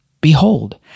Behold